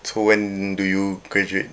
so when do you graduate